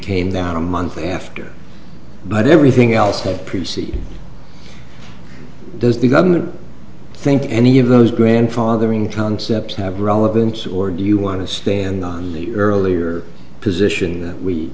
came down a month after but everything else may proceed does the government think any of those grandfathering concepts have relevance or do you want to stand on the earlier position